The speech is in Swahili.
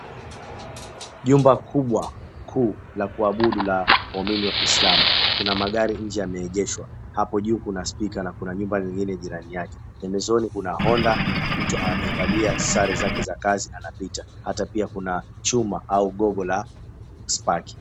Jumba kubwa kuu la kuabudu la waaumini wa kiisilamu. Kuna magari nje yameengeshwa, hapo juu kuna speaker na kuna nyumba nyingine jirani yake. Pembezoni kuna honda mtu amevalia sare zake za kazi anapita, hata pia kuna chuma au gogo la spaki.